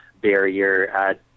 barrier